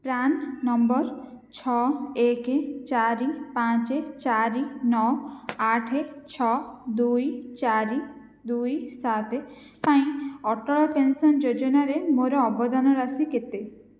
ପ୍ରାନ number ଛଅ ଏକ ଚାରି ପାଞ୍ଚ ଚାରି ନଅ ଆଠ ଛଅ ଦୁଇ ଚାରି ଦୁଇ ସାତ ପାଇଁ ଅଟଳ ପେନ୍ସନ୍ ଯୋଜନାରେ ମୋର ଅବଦାନ ରାଶି କେତେ